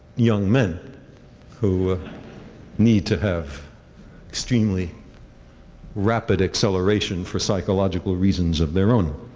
young men who need to have extremely rapid acceleration for psychological reasons of their own.